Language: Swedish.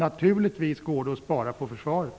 Naturligtvis går det att spara på försvaret.